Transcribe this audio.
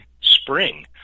spring